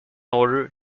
order